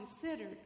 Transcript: considered